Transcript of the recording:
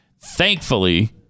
Thankfully